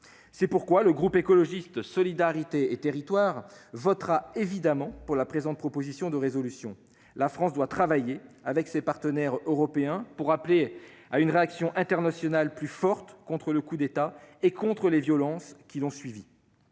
C'est pourquoi le groupe Écologiste - Solidarité et Territoires votera évidemment pour la présente proposition de résolution. La France doit travailler avec ses partenaires européens pour appeler à une réaction internationale plus forte contre le coup d'État et contre les violences qui l'ont suivi.